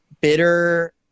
bitter